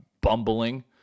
bumbling